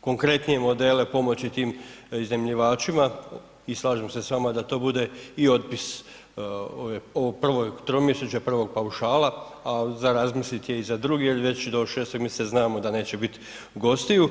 konkretnije modele pomoći tim iznajmljivačima i slažem se s vama da to bude i otpis ovog prvog tromjesečja prvog paušala, a razmisliti je i za drugi jer već do 6. mjeseca znamo da neće biti gostiju.